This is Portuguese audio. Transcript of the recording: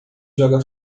joga